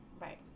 Right